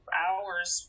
hours